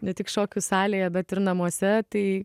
ne tik šokių salėje bet ir namuose tai